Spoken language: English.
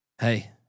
hey